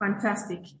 fantastic